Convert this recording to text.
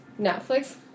Netflix